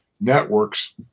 networks